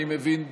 אני מבין,